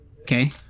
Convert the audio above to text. Okay